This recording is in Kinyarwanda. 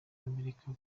amerika